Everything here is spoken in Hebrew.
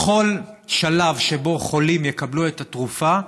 בכל שלב שבו חולים יקבלו את התרופה,